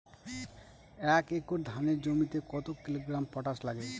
এক একর ধানের জমিতে কত কিলোগ্রাম পটাশ লাগে?